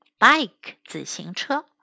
Bike,自行车